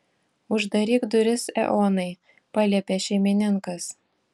uždaryk duris eonai paliepė šeimininkas